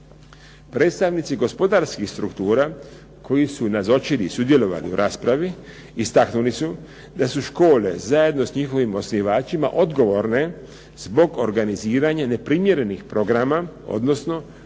Predstavnici gospodarskih struktura koji su nazočili sudjelovanju u raspravi istaknuli su da su škole zajedno s njihovim osnivačima odgovorne zbog organiziranja neprimjerenih programa, odnosno